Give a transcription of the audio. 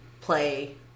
Play